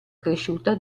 cresciuta